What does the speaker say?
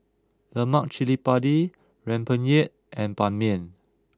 Lemak Cili Padi Rempeyek and Ban Mian